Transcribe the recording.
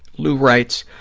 lou writes,